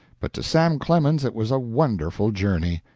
but to sam clemens it was a wonderful journey.